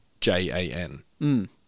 j-a-n